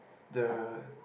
the